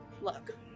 Look